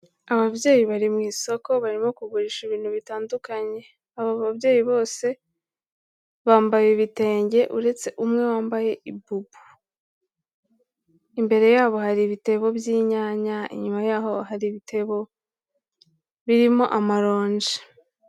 Ababyeyi bari mu isoko barimo kugurisha ibintu bitandukanye, aba babyeyi bose bambaye ibitenge, uretse umwe wambaye ibubu. Imbere yabo hari ibitebo by'inyanya, inyuma yaho hari ibitebo birimo amaronji.